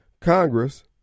Congress